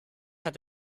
hat